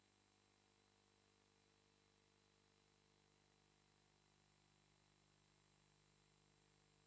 Grazie.